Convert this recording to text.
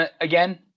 again